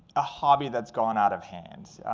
a hobby that's gone out of hand.